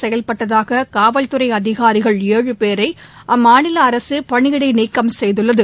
செயல்பட்டதாக காவல்துறை அதிகாரிகள் ஏழு பேரை அந்த மாநில அரசு பணியிடை நீக்கம் செய்துள்ளது